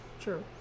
True